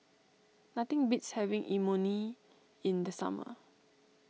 nothing beats having Imoni in the summer